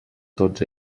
tots